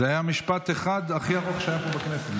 זה היה "משפט אחד" הכי ארוך שהיה פה בכנסת,